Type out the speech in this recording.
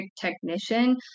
technician